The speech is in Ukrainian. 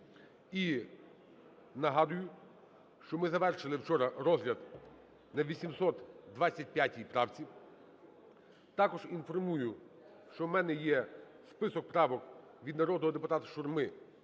І нагадую, що ми завершили вчора розгляд на 825 правці. Також інформую, що в мене є список правок від народного депутата Шурми